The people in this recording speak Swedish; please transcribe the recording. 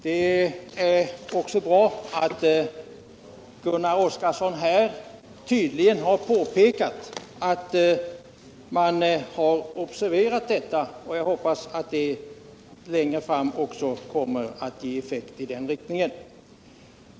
Det är också bra att Gunnar Oskarson har påpekat att han har observerat detta. Jag hoppas att det längre fram kommer att ge effekt i den riktningen.